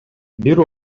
бир